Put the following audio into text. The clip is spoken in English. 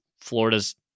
Florida's